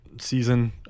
season